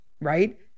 right